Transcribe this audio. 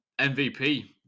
MVP